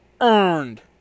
earned